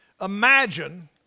imagine